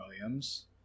Williams